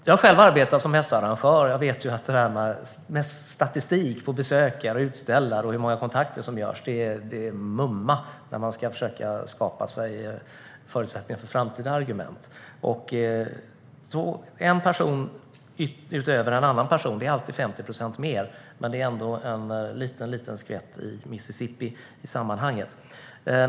Jag har själv arbetat som mässarrangör och vet att statistik om besökare, utställare och kontakter som knyts är mumma när man ska försöka skapa sig förutsättningar för framtida argument. En person utöver en annan person är alltid 50 procent mer, men det är ändå bara en liten skvätt i Mississippi i sammanhanget.